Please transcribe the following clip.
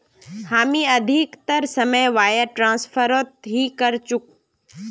हामी अधिकतर समय वायर ट्रांसफरत ही करचकु